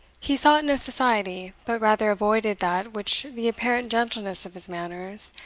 he sought no society, but rather avoided that which the apparent gentleness of his manners,